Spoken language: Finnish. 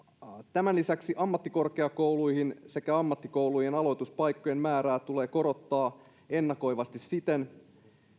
tämän lisäksi ammattikorkeakoulujen sekä ammattikoulujen aloituspaikkojen määrää tulee korottaa ennakoivasti siten